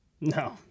No